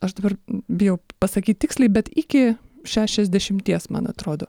aš dabar bijau pasakyt tiksliai bet iki šešiasdešimties man atrodo